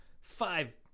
five